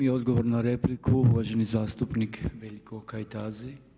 I odgovor na repliku uvaženi zastupnik Veljko Kajtazi.